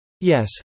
Yes